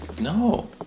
no